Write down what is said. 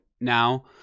now